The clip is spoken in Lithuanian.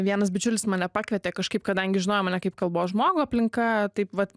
vienas bičiulis mane pakvietė kažkaip kadangi žinojo mane kaip kalbos žmogų aplinka taip vat